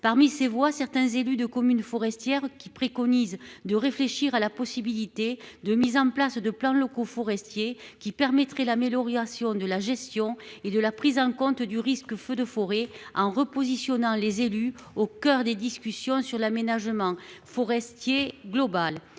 parmi ces voix, certains élus de communes forestières qui préconise de réfléchir à la possibilité de mise en place de plans locaux forestier qui permettrait là mais l'orientation de la gestion et de la prise en compte du risque feu de forêt en repositionnant les élus au coeur des discussions sur l'aménagement forestier globale.